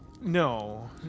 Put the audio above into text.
No